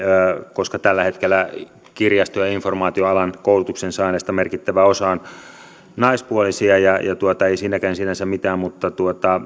koska tällä hetkellä kirjasto ja informaatioalan koulutuksen saaneista merkittävä osa on naispuolisia ja ei siinäkään sinänsä mitään mutta